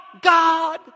God